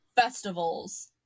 festivals